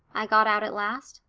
i got out at last.